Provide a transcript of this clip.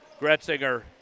Gretzinger